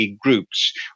groups